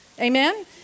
Amen